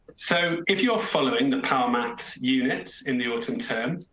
so if you're following the power max units in the autumn term.